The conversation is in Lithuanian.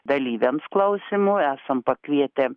dalyviams klausymų esam pakvietę